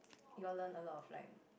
you all learning a lot of like